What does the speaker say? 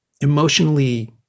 Emotionally